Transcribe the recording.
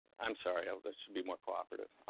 i'm sorry, i should be more cooperative.